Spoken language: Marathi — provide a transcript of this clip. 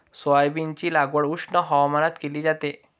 सोयाबीनची लागवड उष्ण हवामानात केली जाते